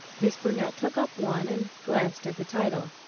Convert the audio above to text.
miss burnett took up one and glanced at the title.